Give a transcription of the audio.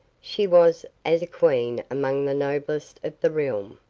she was as a queen among the noblest of the realm.